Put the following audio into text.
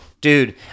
dude